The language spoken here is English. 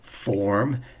form